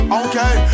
okay